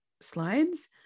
slides